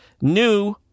new